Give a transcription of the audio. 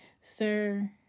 Sir